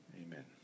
Amen